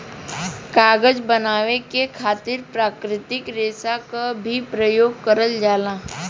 कागज बनावे के खातिर प्राकृतिक रेसा क भी परयोग करल जाला